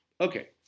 Okay